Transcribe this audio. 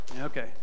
Okay